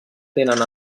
tenen